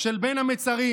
של בין המצרים: